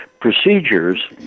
procedures